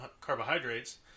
carbohydrates